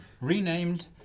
renamed